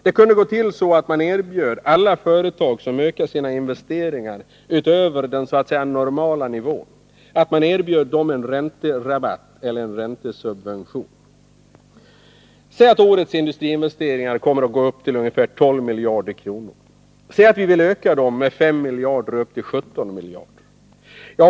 Det kunde gå till så att man erbjöd alla företag som ökade sina investeringar över den ”normala” nivån en ränterabatt eller räntesubvention. Säg att årets industriinvesteringar kommer att uppgå till 12 miljarder kronor. Säg att vi vill öka dem med 5 miljarder upp till 17 miljarder.